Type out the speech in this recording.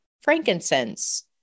frankincense